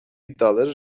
iddiaları